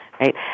right